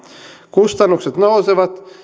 kustannukset nousevat